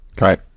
Right